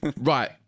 Right